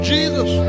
Jesus